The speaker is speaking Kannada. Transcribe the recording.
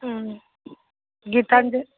ಹ್ಞೂ ಗೀತಾಂಜಲಿ